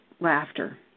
laughter